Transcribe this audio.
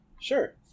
Sure